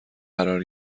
قرار